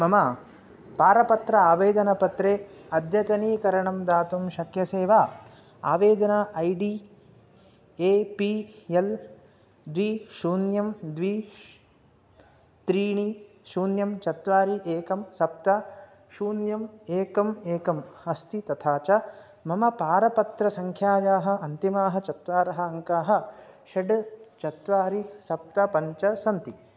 मम पारपत्रावेदनपत्रे अद्यतनीकरणं दातुं शक्यसे वा आवेदनम् I D A P L द्वि शून्यं द्वि त्रीणि शून्यं चत्वारि एकं सप्त शून्यम् एकम् एकम् अस्ति तथा च मम पारपत्रसङ्ख्यायाः अन्तिमाः चत्वारः अङ्काः षड् चत्वारि सप्त पञ्च सन्ति